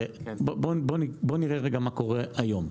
בואו נראה מה קורה היום,